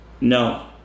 no